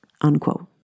unquote